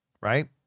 right